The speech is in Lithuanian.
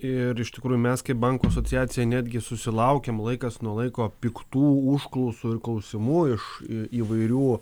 ir iš tikrųjų mes kaip bankų asociacija netgi susilaukėm laikas nuo laiko piktų užklausų ir klausimų iš įvairių